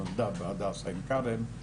נולדה בהדסה עין כרם.